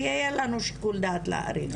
ויהיה לנו שיקול דעת להאריך.